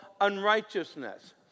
unrighteousness